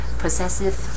possessive